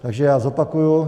Takže já zopakuji.